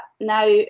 now